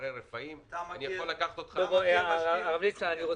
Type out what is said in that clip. במקום לרוץ אחרי הביקושים כפי שהיה בעבר.